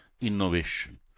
innovation